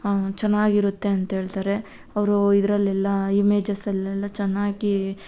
ಚೆನ್ನಾಗಿರುತ್ತೆ ಅಂತೇಳ್ತಾರೆ ಅವರು ಇದರಲ್ಲೆಲ್ಲ ಇಮೇಜಸ್ಸಲ್ಲೆಲ್ಲ ಚೆನ್ನಾಗಿ